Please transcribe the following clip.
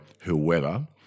whoever